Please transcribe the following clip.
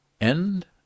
End